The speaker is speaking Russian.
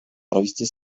провести